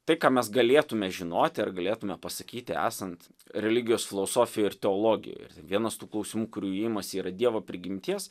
tai ką mes galėtume žinoti ar galėtume pasakyti esant religijos filosofijoj ir teologijoj ir ten vienas tų klausimų kurių jie imasi yra dievo prigimties